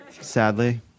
Sadly